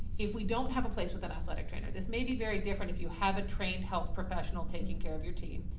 if we don't have a place with an athletic trainer, this may be very different if you have, a trained health professional taking care your team.